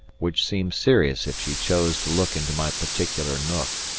which seemed serious if she chose to look into my particular nook.